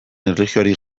erlijioari